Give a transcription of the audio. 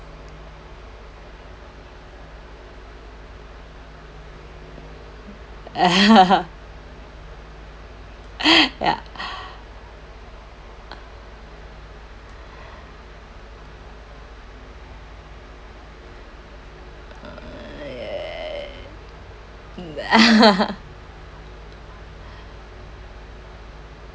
ya uh